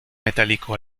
metálico